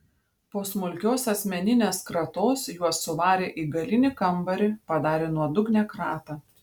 po smulkios asmeninės kratos juos suvarė į galinį kambarį padarė nuodugnią kratą